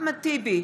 אחמד טיבי,